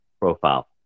profile